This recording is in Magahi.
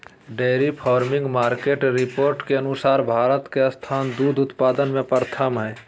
डेयरी फार्मिंग मार्केट रिपोर्ट के अनुसार भारत के स्थान दूध उत्पादन में प्रथम हय